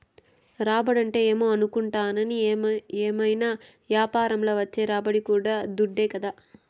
రాబడంటే ఏమో అనుకుంటాని, ఏవైనా యాపారంల వచ్చే రాబడి కూడా దుడ్డే కదా